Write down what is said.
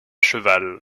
cheval